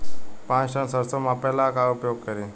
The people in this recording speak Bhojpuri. पाँच टन सरसो मापे ला का उपयोग करी?